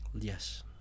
Yes